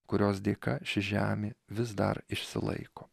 kurios dėka ši žemė vis dar išsilaiko